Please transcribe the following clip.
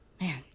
Man